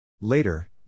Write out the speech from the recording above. Later